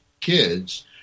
kids